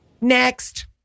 Next